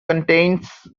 contains